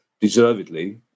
deservedly